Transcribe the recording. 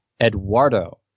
Eduardo